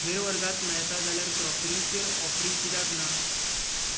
हेर वर्गांत मेळटा जाल्यार क्रोकरीचेर ऑफरी कित्याक ना